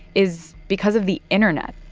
is because of the internet.